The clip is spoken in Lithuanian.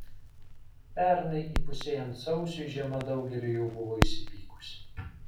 pernai įpusėjant sausiui žiema daugeliu jau buvo įsipykusi